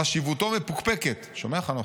חשיבותו מפוקפקת'." שומע, חנוך?